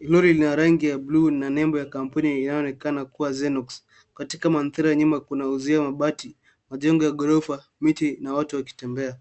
Lori lina rangi ya buluu na nembo ya kampuni linaloonekana kuwa xenox . Katika mandhari ya nyuma kuna uzio wa mabati, mijengo ya ghorofa, miti na watu wakitembea.